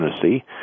Tennessee